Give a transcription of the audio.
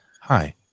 Hi